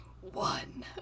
one